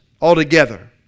altogether